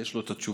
יש לו את התשובה,